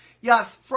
Yes